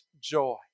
joy